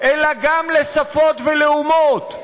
אלא גם לשפות ולאומות,